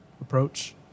Approach